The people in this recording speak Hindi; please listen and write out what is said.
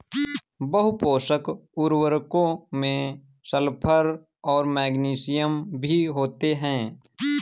बहुपोषक उर्वरकों में सल्फर और मैग्नीशियम भी होते हैं